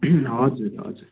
हजुर हजुर